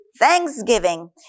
thanksgiving